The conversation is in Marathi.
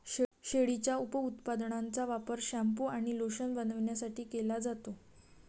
शेळीच्या उपउत्पादनांचा वापर शॅम्पू आणि लोशन बनवण्यासाठी केला जातो